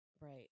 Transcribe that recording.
Right